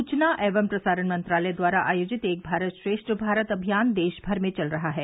सुचना एवं प्रसारण मंत्रालय द्वारा आयोजित एक भारत श्रेष्ठ भारत अभियान देश भर में चल रहा है